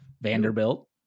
Vanderbilt